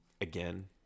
Again